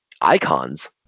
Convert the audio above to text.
icons